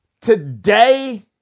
Today